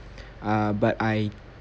err but I